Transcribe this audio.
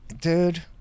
dude